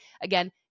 Again